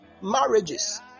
Marriages